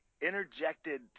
interjected